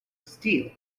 steel